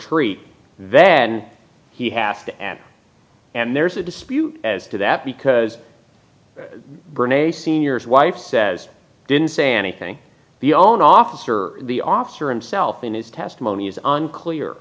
retreat then he has to end and there's a dispute as to that because burn a senior's wife says i didn't say anything the own officer the officer in self in his testimony is unclear